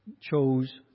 chose